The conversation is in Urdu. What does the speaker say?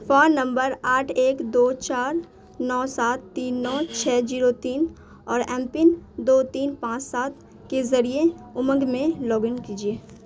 فون نمبر آٹھ ایک دو چار نو سات تین نو چھ جیرو تین اور ایم پن دو تین پانچ سات کے ذریعے امنگ میں لاگ ان کیجیے